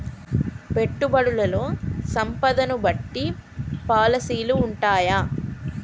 పెట్టుబడుల్లో సంపదను బట్టి పాలసీలు ఉంటయా?